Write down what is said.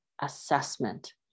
assessment